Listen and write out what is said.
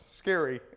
scary